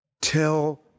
tell